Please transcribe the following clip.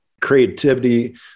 creativity